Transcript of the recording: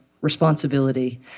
responsibility